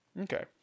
Okay